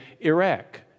iraq